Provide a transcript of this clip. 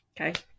okay